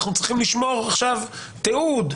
אנחנו צריכים לשמור עכשיו תיעוד,